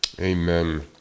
Amen